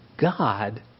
God